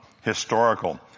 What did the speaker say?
historical